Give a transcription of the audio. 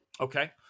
Okay